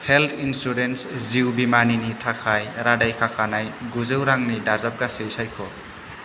health insurance जिउ बीमानिनि थाखाय रादाय खाखानाय गुजौ रांनि दाजाबगासै सायख'